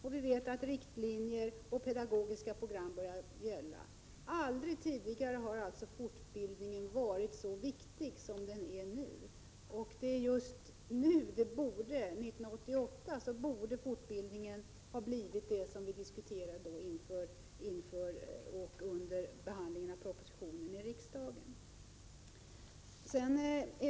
Vidare vet vi att nya riktlinjer och pedagogiska program börjar gälla. Aldrig tidigare har fortbildningen alltså varit så viktig som nu. Det är ju just nu, inför 1988, som fortbildningen borde ha blivit vad vi diskuterade inför och under behandlingen av propositionen i riksdagen.